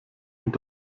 und